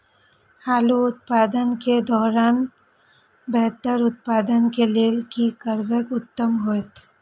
आलू उत्पादन के दौरान बेहतर उत्पादन के लेल की करबाक उत्तम होयत?